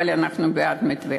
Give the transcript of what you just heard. אבל אנחנו בעד המתווה.